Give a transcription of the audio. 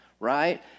right